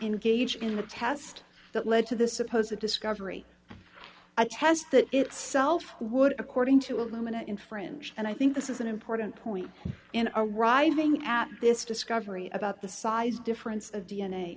engage in the test that led to this suppose that discovery has that itself would according to illuminate in french and i think this is an important point in our writing at this discovery about the size difference